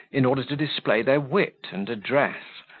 in order to display their wit and address,